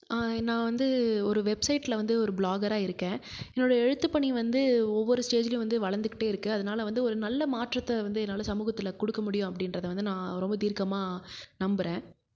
நான் வந்து ஒரு வெப்சைட்டில் வந்து ஒரு பிளாகராக இருக்கேன் என்னோட எழுத்துப் பணி வந்து ஒவ்வொரு ஸ்டேஜ்லையும் வந்து வளர்ந்துகிட்டே இருக்கு அதனால வந்து ஒரு நல்ல மாற்றத்தை வந்து என்னால் சமூகத்துல கொடுக்க முடியும் அப்படின்றத வந்து நான் ரொம்ப தீர்க்கமாக நம்புகிறேன்